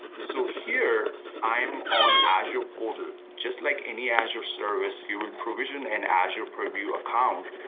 so here, i'm on azure portal. just like any azure service, you will provision an azure purview account.